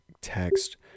text